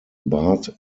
bart